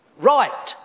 right